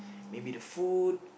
maybe the food